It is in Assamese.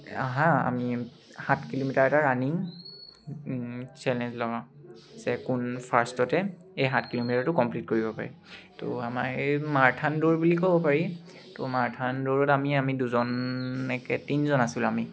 আহা আমি সাত কিলোমিটাৰ এটা ৰাণিং চেলেঞ্জ লগাওঁ যে কোন ফাৰ্ষ্টতে এই সাত কিলোমিটাৰটো কমপ্লিট কৰিব পাৰি তো আমাৰ এই মাৰথান দৌৰ বুলি ক'ব পাৰি তো মাৰাথান দৌৰত আমি আমি দুজনকৈ তিনিজন আছিলোঁ আমি